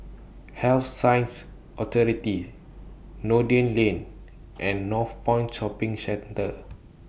Health Sciences Authority Noordin Lane and Northpoint Shopping Centre